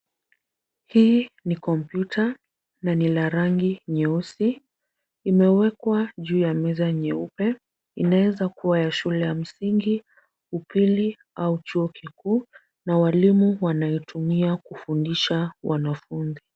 Hii ni kompyuta na ni la rangi nyeusi. Imewekwa juu ya meza nyeupe, inaweza kuwa ya shule ya msingi, upili au chuo kikuu na walimu wanaitumia kufundisha wanafunzi.